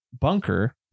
bunker